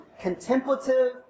contemplative